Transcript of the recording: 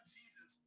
Jesus